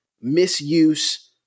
misuse